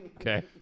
Okay